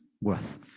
worth